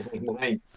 Nice